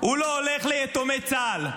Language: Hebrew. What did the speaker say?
הוא לא הולך ליתומי צה"ל.